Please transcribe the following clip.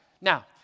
Now